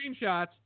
screenshots